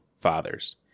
Fathers